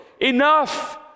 Enough